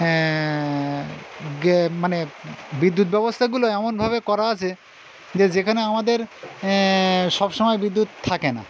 গে মানে বিদ্যুৎ ব্যবস্থাগুলো এমনভাবে করা আছে যে যেখানে আমাদের সবসময় বিদ্যুৎ থাকে না